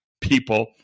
people